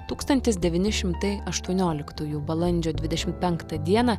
tūkstantis devyni šimtai aštuonioliktųjų balandžio dvidešim penktą dieną